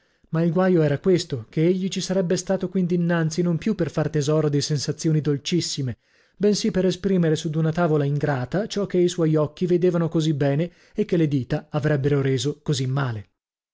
ma il guaio era questo che egli ci sarebbe stato quind'innanzi non più per far tesoro di sensazioni dolcissime bensì per esprimere su d'una tavola ingrata ciò che i suoi occhi vedevano così bene e che le dita avrebbero reso così male